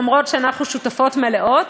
אף שאנחנו שותפות מלאות.